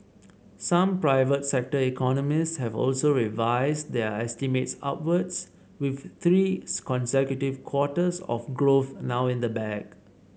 some private sector economists have also revised their estimates upwards with three consecutive quarters of growth now in the bag